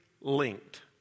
linked